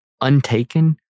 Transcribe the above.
untaken